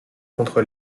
contre